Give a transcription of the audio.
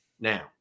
now